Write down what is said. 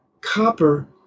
copper